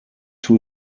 two